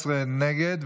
19 נגד,